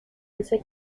ese